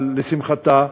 אבל לשמחתה,